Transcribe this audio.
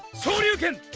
shoryuken.